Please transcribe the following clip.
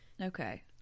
Okay